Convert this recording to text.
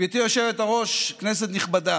גברתי היושבת-ראש, כנסת נכבדה,